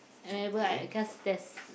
whenever I just there's